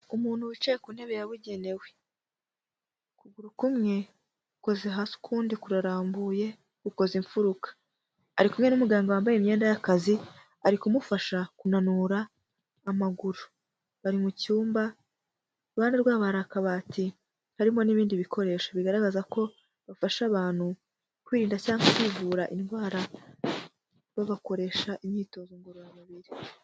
Umuntu wicaye ku ntebe yabugenewe, ukuguru kumwe gukoze hasi ukundi kurarambuye gukoze imfuruka. Ari kumwe n'umuganga wambaye imyenda y'akazi, ari kumufasha kunanura amaguru. Bari mu cyumba, iruhande rwabo hari akabati karimo n'ibindi bikoresho bigaragaza ko bafasha abantu kwirinda cyangwa kwivura indwara babakoresha imyitozo ngororamubiri.